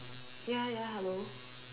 ya ya hello